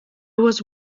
was